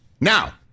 Now